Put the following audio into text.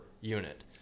unit